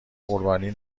قربانی